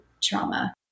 trauma